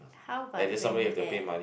how about you bring me there